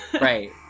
right